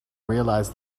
realize